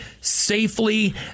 safely